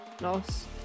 loss